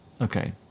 Okay